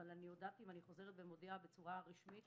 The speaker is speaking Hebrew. אבל הודעתי ואני חוזרת ומודיעה בצורה רשמית